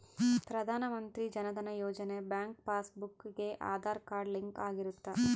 ಪ್ರಧಾನ ಮಂತ್ರಿ ಜನ ಧನ ಯೋಜನೆ ಬ್ಯಾಂಕ್ ಪಾಸ್ ಬುಕ್ ಗೆ ಆದಾರ್ ಕಾರ್ಡ್ ಲಿಂಕ್ ಆಗಿರುತ್ತ